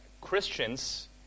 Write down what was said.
Christians